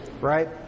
right